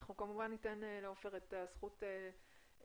אנחנו כמובן ניתן לעופר את הזכות להגיב,